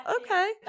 okay